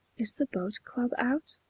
is the boat-club out?